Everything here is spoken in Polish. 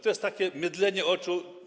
To jest takie mydlenie oczu.